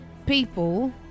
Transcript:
people